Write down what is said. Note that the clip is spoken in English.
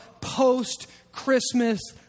post-Christmas